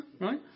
right